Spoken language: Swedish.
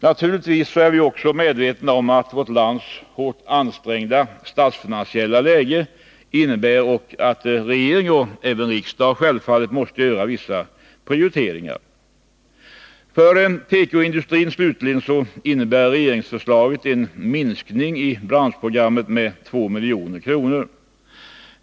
Naturligtvis är vi också medvetna om att vårt lands hårt ansträngda statsfinansiella läge innebär att regeringen, och självfallet också riksdagen, måste göra vissa prioriteringar. För tekoindustrin slutligen innebär regeringsförslaget en minskning av branschprogrammet med 2 milj.kr.